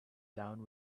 down